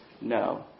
no